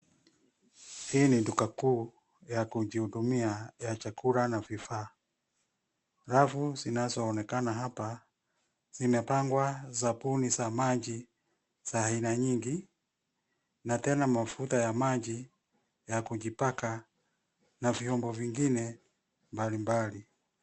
Hiii ni duka kuu ya kujihudumia ya chakula na vifaa. Rafu zinazoonekana hapa zimepangwa sabuni za maji za aina nyingi na tena mafuta ya maji ya kujipaka na viumbo vingine mbali mbali.